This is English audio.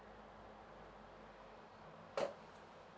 mm